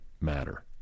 matter